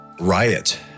riot